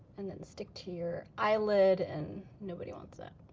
and then stick to your eyelid, and nobody wants that.